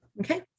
Okay